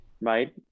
right